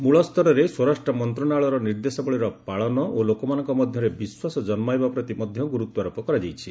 ମୂଳ ସ୍ତରରେ ସ୍ୱରାଷ୍ଟ୍ର ମନ୍ତ୍ରଣାଳୟର ନିର୍ଦ୍ଦେଶାବଳୀର ପାଳନ ଓ ଲୋକମାନଙ୍କ ମଧ୍ୟରେ ବିଶ୍ୱାସ ଜନ୍ମାଇବା ପ୍ରତି ମଧ୍ୟ ଗୁରୁତ୍ୱାରୋପ କରାଯାଇଛି